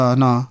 no